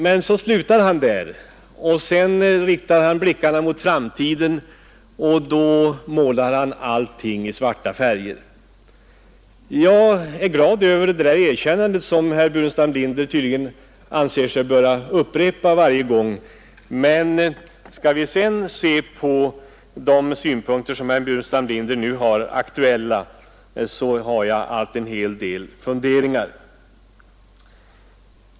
Men sedan riktar han blickarna mot framtiden, och då målar han allting i svarta färger. Jag är glad över det här erkännandet som herr Burenstam Linder tydligen anser sig böra upprepa varje gång. Men skall vi sedan se på de synpunkter som herr Burenstam Linder nu har aktuella, har jag allt en hel del funderingar.